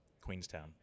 Queenstown